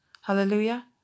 Hallelujah